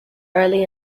early